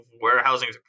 warehousing